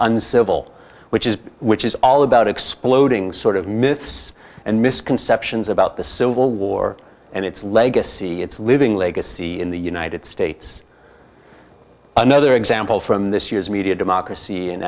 uncivil which is which is all about exploding sort of myths and misconceptions about the civil war and its legacy its living legacy in the united states another example from this year's media democracy